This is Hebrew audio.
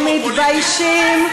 הם מתביישים.